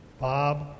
Bob